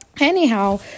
Anyhow